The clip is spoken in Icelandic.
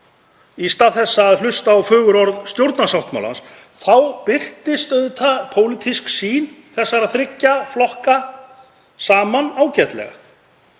í stað þess að hlusta á fögur orð stjórnarsáttmálans þá birtist auðvitað pólitísk sýn þessara þriggja flokka saman ágætlega.